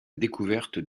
découverte